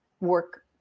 work